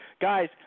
Guys